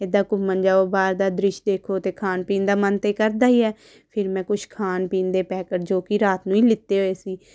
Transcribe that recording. ਇੱਦਾਂ ਘੁੰਮਣ ਜਾਓ ਬਾਹਰ ਦਾ ਦ੍ਰਿਸ਼ ਦੇਖੋ ਅਤੇ ਖਾਣ ਪੀਣ ਦਾ ਮਨ ਤਾਂ ਕਰਦਾ ਹੀ ਹੈ ਫਿਰ ਮੈਂ ਕੁਛ ਖਾਣ ਪੀਣ ਦੇ ਪੈਕਟ ਜੋ ਕਿ ਰਾਤ ਨੂੰ ਹੀ ਲਿਤੇ ਹੋਏ ਸੀ